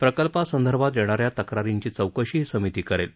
प्रकल्पासंदर्भात येणार्या तक्रारींची चौकशी ही समिती करेल